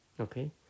Okay